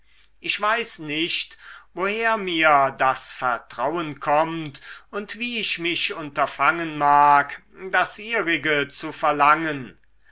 ich weiß nicht woher mir das vertrauen kommt und wie ich mich unterfangen mag das ihrige zu verlangen